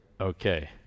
Okay